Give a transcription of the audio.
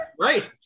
Right